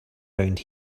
around